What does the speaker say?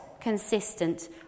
consistent